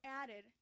added